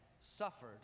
suffered